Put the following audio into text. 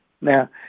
Now